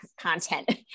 content